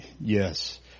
yes